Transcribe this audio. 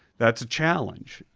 that's a challenge.